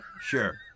Sure